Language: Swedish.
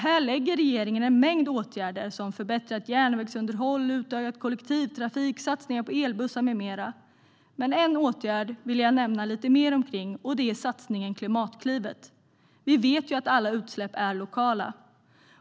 Här har regeringen en mängd åtgärder, som förbättrat järnvägsunderhåll, utökad kollektivtrafik, satsningar på elbussar med mera. Men om en åtgärd vill jag nämna lite mer, och det är satsningen Klimatklivet. Vi vet ju att alla utsläpp är lokala.